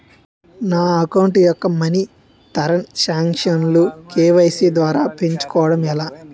నా అకౌంట్ యెక్క మనీ తరణ్ సాంక్షన్ లు కే.వై.సీ ద్వారా పెంచుకోవడం ఎలా?